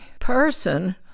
person